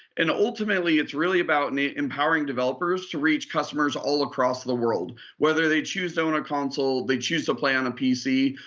and ultimately, it's really about and empowering developers to reach customers all across the world. whether they choose to own a console, they choose to play on a pc,